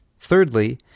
Thirdly